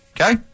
Okay